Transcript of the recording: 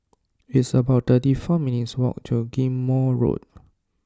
it's about thirty four minutes' walk to Ghim Moh Road